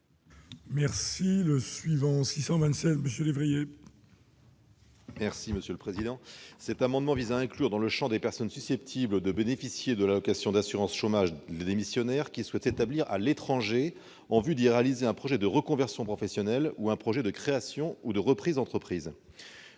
parole est à M. Martin Lévrier. Cet amendement vise à inclure dans le champ des personnes susceptibles de bénéficier de l'allocation d'assurance chômage les démissionnaires souhaitant s'établir à l'étranger en vue d'y réaliser un projet de reconversion professionnelle ou un projet de création ou de reprise d'une entreprise.